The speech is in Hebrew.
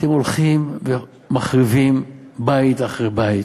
אתם הולכים ומחריבים בית אחרי בית.